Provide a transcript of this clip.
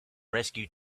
rescue